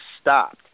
stopped